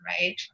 right